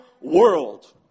world